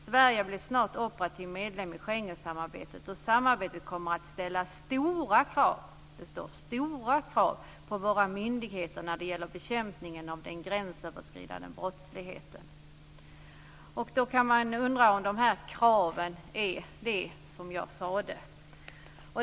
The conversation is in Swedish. Sverige blir snart operativ medlem i Schengensamarbetet och samarbetet kommer att ställa stora krav på våra myndigheter när det gäller bekämpningen av den gränsöverskridande brottsligheten." Observera att det står stora krav. Då kan man undra om de här kraven är de som jag sade.